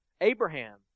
Abraham